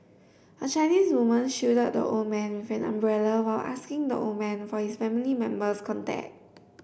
a Chinese woman shielded the old man when an umbrella while asking the old man for his family member's contact